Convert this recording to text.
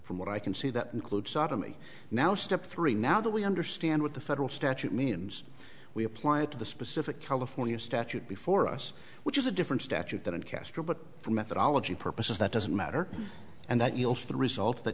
from what i can see that includes sodomy now step three now that we understand what the federal statute means we apply it to the specific california statute before us which is a different statute that castro but for methodology purposes that doesn't matter and that you'll the result that